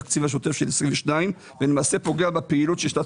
התקציב השוטף של שנת 2022. אני למעשה פוגע בפעילות של שנת